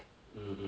mm mm mm